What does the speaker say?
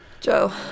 Joe